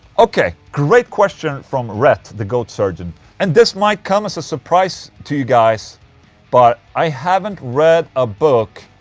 ok, great question from ret, the goat surgeon and this might come as a surprise to you guys but i haven't read a book.